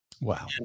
Wow